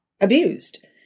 abused